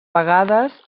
vegades